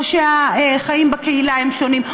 או שהחיים בקהילה שונים,